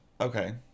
okay